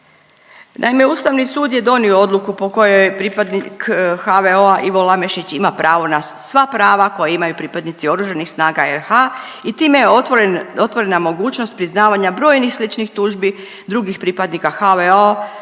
Naime, Ustavni sud je donio odluku po kojoj pripadnik HVO-a Ivo Lamešić ima pravo na sva prava koja imaju pripadnici Oružanih snaga RH i time je otvoren, otvorena mogućnost priznavanja brojnih sličnih tužbi drugih pripadnika HVO-a,